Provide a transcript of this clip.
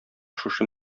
шушы